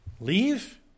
leave